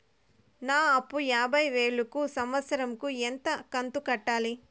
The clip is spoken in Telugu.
నా అప్పు యాభై వేలు కు సంవత్సరం కు ఎంత కంతు కట్టాలి?